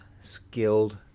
skilled